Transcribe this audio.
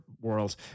world